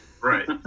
Right